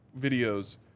videos